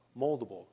moldable